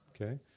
Okay